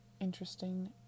interesting